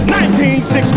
1960